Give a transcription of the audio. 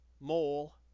mole